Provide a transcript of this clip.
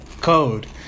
code